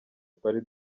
twari